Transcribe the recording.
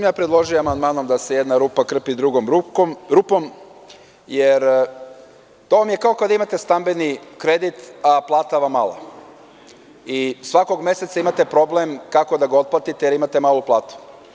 Nisam predložio amandmanom da se jedna rupa krpi drugom rupom, jer to vam je kao kada imate stambeni kredit a plata vam mala, i svakog meseca imate problem kako da ga otplatite, jer imate malu platu.